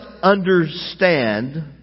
understand